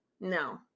No